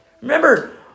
Remember